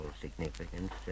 significance